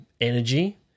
energy